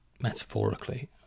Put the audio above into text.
Metaphorically